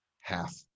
half